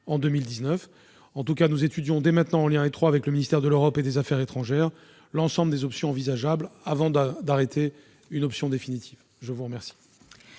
En tout cas, nous étudions dès maintenant, en lien étroit avec le ministère de l'Europe et des affaires étrangères, l'ensemble des options envisageables avant d'arrêter une option définitive. La parole